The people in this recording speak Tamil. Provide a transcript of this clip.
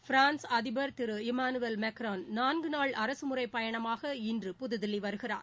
பிரானஸ் அதிபர் திரு இம்மானுவேல் மெக்ரான் நான்கு நாள் அரசுமுறைப்பயணமாக இன்று புதுதில்லி வருகிறார்